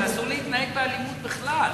אבל אסור להתנהג באלימות בכלל.